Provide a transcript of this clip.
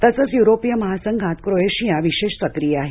तसंच युरोपीय महासंघात क्रोएशिया विशेष सक्रीय आहे